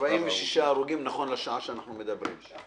49 הרוגים נכון לשעה שאנחנו מדברים.